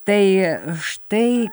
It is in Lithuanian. tai štai